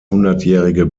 hundertjährige